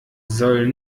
soll